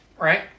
right